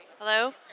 Hello